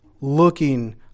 looking